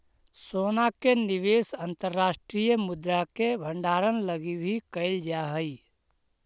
सोना के निवेश अंतर्राष्ट्रीय मुद्रा के भंडारण लगी भी कैल जा हई